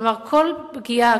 כלומר פגיעה,